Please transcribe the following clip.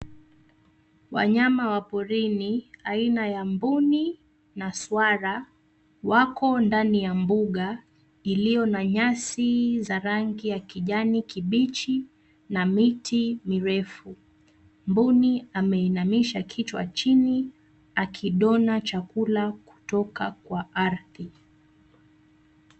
Wanyama wa porini, aina ya mbuni na swara wako ndani ya mbuga iliyo na nyasi za rangi ya kijani kibichi na miti mirefu. Mbuni ameinamisha kichwa chini akidona chakula kutoka kwa ardhi.